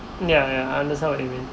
ya ya I understand what you mean